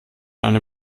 eine